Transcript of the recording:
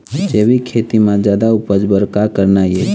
जैविक खेती म जादा उपज बर का करना ये?